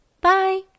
Bye